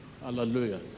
Hallelujah